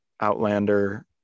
outlander